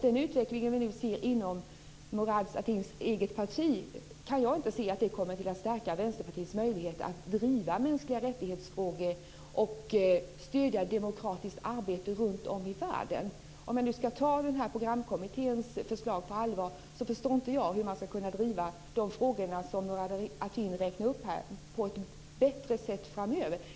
Den utveckling som vi nu ser inom Murad Artins eget parti kan jag inte se kommer att stärka Vänsterpartiets möjligheter att driva frågor om mänskliga rättigheter och stödja demokratiskt arbete runtom i världen. Om vi nu ska ta programkommitténs förslag på allvar, förstår inte jag hur man ska kunna driva de frågor som Murad Artin räknade upp här på ett bättre sätt framöver.